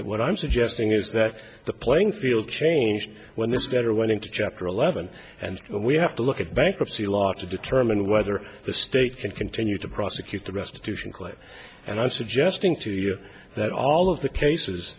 it what i'm suggesting is that the playing field changed when this better went into chapter eleven and we have to look at bankruptcy law to determine whether the state can continue to prosecute the restitution claim and i'm suggesting to you that all of the cases